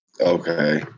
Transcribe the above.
okay